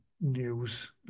news